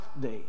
day